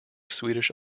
swedish